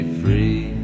free